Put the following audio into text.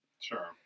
Sure